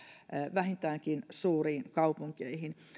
vähintäänkin suuriin kaupunkeihin